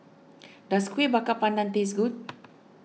does Kueh Bakar Pandan taste good